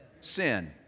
sin